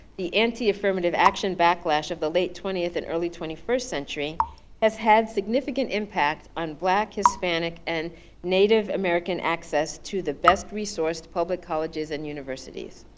the anti-affirmative action backlash of the late twentieth and early twenty first century has had significant impact on black, hispanic and native american access to the best resource public colleges and universities.